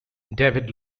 david